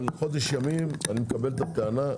אבל חודש ימים, אני מקבל את הטענה.